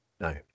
No